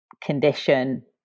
condition